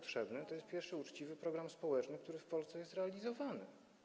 To jest pierwszy uczciwy program społeczny, który w Polsce jest realizowany.